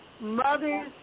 mothers